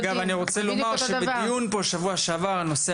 אגב, בדיון פה בשבוע שעבר הנושא